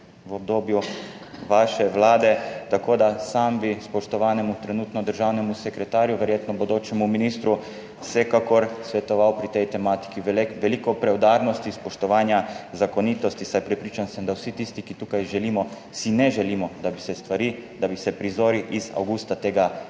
v obdobju vaše vlade. Tako da sam bi spoštovanemu, trenutno državnemu sekretarju, verjetno bodočemu ministru vsekakor svetoval pri tej tematiki veliko preudarnosti, spoštovanja zakonitosti, saj prepričan sem, da vsi tisti, ki tukaj živimo si ne želimo, da bi se stvari, da bi se prizori iz avgusta tega leta